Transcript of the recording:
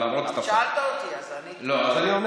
אתה שאלת אותי, אז עניתי.